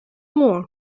more